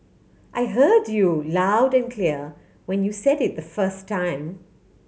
I heard you loud and clear when you said it the first time